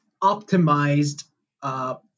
optimized